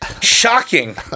Shocking